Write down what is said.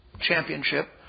championship